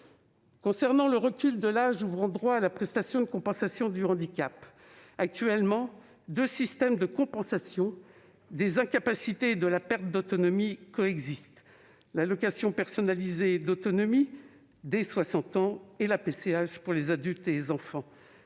Concernant le recul de l'âge ouvrant droit à la prestation de compensation du handicap, deux systèmes de compensation des incapacités et de la perte d'autonomie coexistent actuellement : l'allocation personnalisée d'autonomie (APA) dès 60 ans et la PCH pour les adultes et les enfants